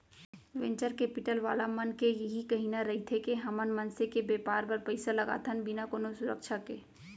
venture capital वाला मन के इही कहिना रहिथे के हमन मनसे के बेपार बर पइसा लगाथन बिना कोनो सुरक्छा के